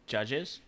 Judges